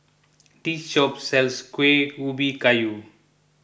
this shop sells Kuih Ubi Kayu